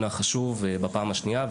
החשוב בפעם השנייה.